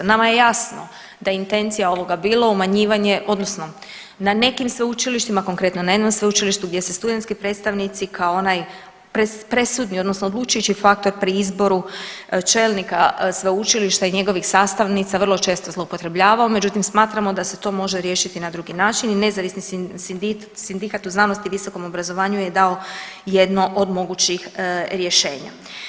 Nama je jasno da je intencija ovoga bilo umanjivanje odnosno na nekim sveučilištima, konkretno na jednom sveučilištu gdje se studentski predstavnici kao onaj presudni odnosno odlučujući faktor pri izbori čelnika sveučilišta i njegovih sastavnica vrlo često zloupotrebljavao, međutim smatramo da se to može riješiti na drugi način i nezavisni sindikat u znanosti i visokom obrazovanju je dao jedno od mogućih rješenja.